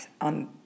on